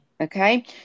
Okay